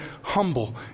humble